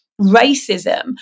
racism